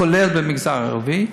כולל במגזר הערבי,